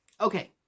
Okay